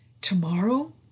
Tomorrow